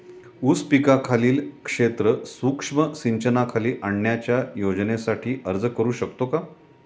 ऊस पिकाखालील क्षेत्र सूक्ष्म सिंचनाखाली आणण्याच्या योजनेसाठी अर्ज करू शकतो का?